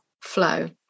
flow